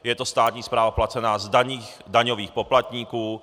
Je to státní správa placená z daní daňových poplatníků.